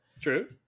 true